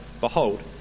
behold